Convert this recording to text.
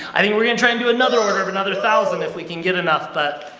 i think we're gonna try and do another order of another thousand, if we can get enough, but,